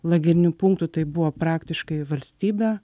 lagerinių punktų tai buvo praktiškai valstybė